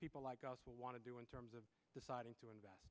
people like us will want to do in terms of deciding to invest